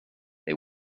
they